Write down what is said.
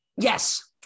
Yes